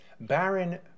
Baron